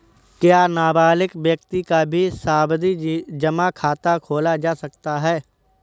क्या नाबालिग व्यक्ति का भी सावधि जमा खाता खोला जा सकता है?